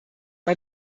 war